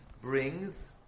brings